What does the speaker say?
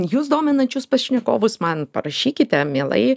jus dominančius pašnekovus man parašykite mielai